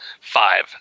five